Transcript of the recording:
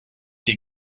die